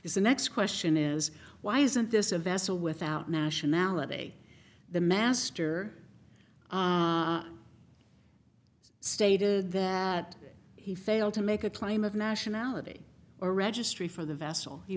is the next question is why isn't this a vessel without nationality the master stated that he failed to make a claim of nationality or registry for the vessel he